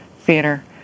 theater